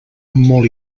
molt